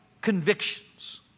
convictions